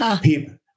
people